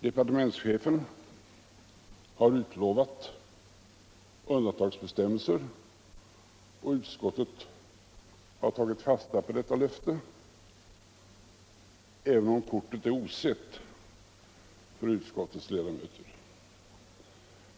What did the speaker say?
Departementschefen har utlovat undantagsbestämmelser, och utskottet har tagit fasta på detta löfte, även om kortet är osett av utskottets ledamöter.